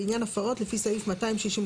לעניין הפרות לפי סעיף 262(1א))